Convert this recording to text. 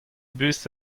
bus